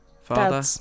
Father